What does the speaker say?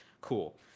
cool